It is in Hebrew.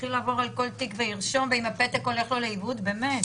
ופה יש משהו שאין אמנה כי אין דברים כאלה בעולם.